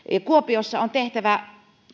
kuopiossa on tehtävä